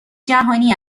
جهانی